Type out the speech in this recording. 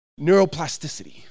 Neuroplasticity